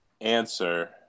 answer